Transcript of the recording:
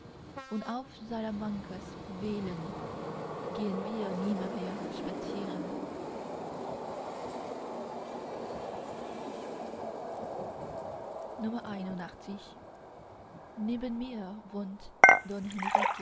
und auf salamankas wällen gehn wir nimmermehr spazieren lxxxi neben mir wohnt